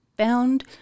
found